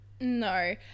no